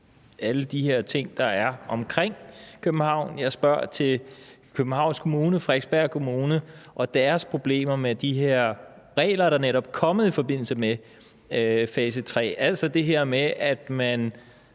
alle de her ting, der er omkring København. Jeg spørger til Københavns Kommune, Frederiksberg Kommune og deres problemer med de her regler, der netop er kommet i forbindelse med fase 3, altså det her med, at man